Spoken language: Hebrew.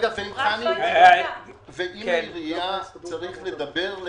עם העירייה יש לדבר על